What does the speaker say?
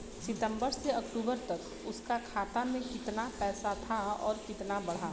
सितंबर से अक्टूबर तक उसका खाता में कीतना पेसा था और कीतना बड़ा?